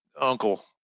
uncle